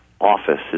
office